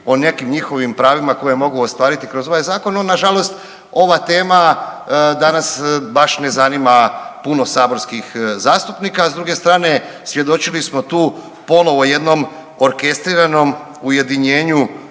o nekim njihovim pravima koje mogu ostvariti kroz ovaj zakon. No na žalost ova tema danas baš ne zanima puno saborskih zastupnika, a s druge strane svjedočili smo tu ponovno jednom orkestriranom ujedinjenju